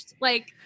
Like-